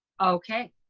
okay.